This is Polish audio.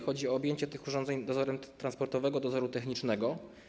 Chodzi o objęcie tych urządzeń dozorem transportowego dozoru technicznego.